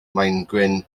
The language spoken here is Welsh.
maengwyn